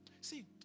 See